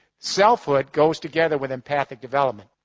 selfhood goes together with empathic development,